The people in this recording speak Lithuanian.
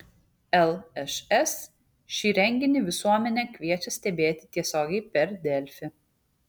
lšs šį renginį visuomenę kviečia stebėti tiesiogiai per delfi